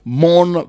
mourn